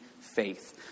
faith